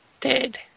dead